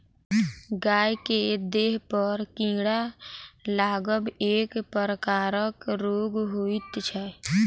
गाय के देहपर कीड़ा लागब एक प्रकारक रोग होइत छै